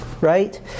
right